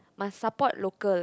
must support local